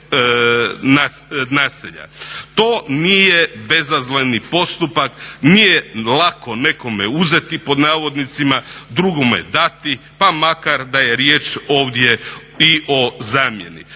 To nije bezazleni postupak, nije lako nekome uzeti pod navodnicima, drugome dati pa makar da je riječ ovdje i o zamjeni.